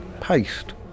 paste